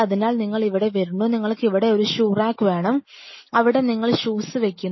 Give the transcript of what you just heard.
അതിനാൽ നിങ്ങൾ ഇവിടെ വരുന്നു നിങ്ങൾക്കിവിടെ ഒരു ഷൂ റാക്ക് വേണം അവിടെ നിങ്ങൾ ഷൂസ് വെക്കുന്നു